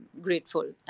grateful